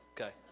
okay